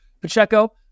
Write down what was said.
Pacheco